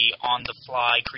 on-the-fly